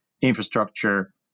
infrastructure